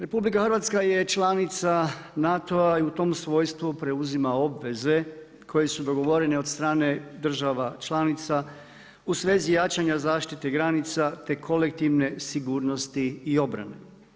RH je članica NATO-a, i u tom svojstvu preuzima obveze koje su dogovorene od strane država članica u svezi jačanja zaštite granica te kolektivne sigurnosti i obrane.